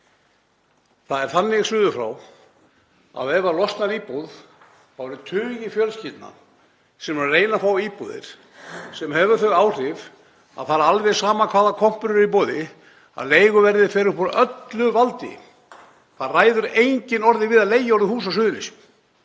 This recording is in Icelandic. Það er þannig suðurfrá að ef það losnar íbúð þá eru tugir fjölskyldna sem eru að reyna að fá íbúðir, sem hefur þau áhrif að það er alveg sama hvaða kompur eru í boði; leiguverðið fer upp úr öllu valdi. Það ræður enginn orðið við að leigja hús á Suðurnesjum.